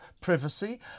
privacy